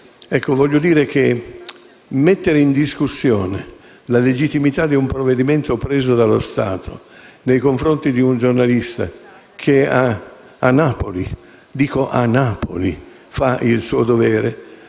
vorrei dire che mettere in discussione la legittimità di un provvedimento preso dallo Stato nei confronti di un giornalista che a Napoli - lo ripeto: